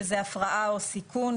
והן הפרעה או סיכון,